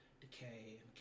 decay